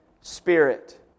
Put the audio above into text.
Spirit